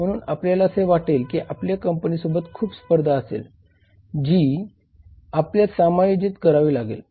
म्हणून आपल्याला असे वाटेल की आपल्या कंपनी सोबत खूप स्पर्धा असेल जी आपल्याला समायोजित करावी लागेल